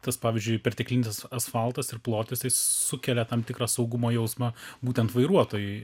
tas pavyzdžiui perteklinis asfaltas ir plotis jisai sukelia tam tikrą saugumo jausmą būtent vairuotojui